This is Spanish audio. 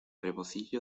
rebocillo